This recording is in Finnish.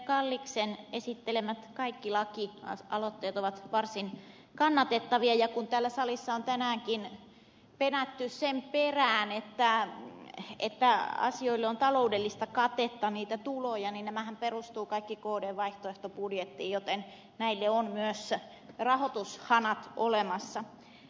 kalliksen esittelemät lakialoitteet ovat kaikki varsin kannatettavia ja kun täällä salissa on tänäänkin penätty sen perään että asioille on taloudellista katetta niitä tuloja niin nämähän perustuvat kaikki kdn vaihtoehtobudjettiin joten näille on myös rahoitushanat olemassa